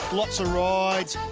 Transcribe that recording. lots of rides,